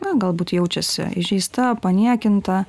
na galbūt jaučiasi įžeista paniekinta